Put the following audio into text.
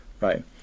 right